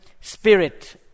spirit